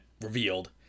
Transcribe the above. revealed